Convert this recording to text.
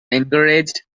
encouraged